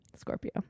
Scorpio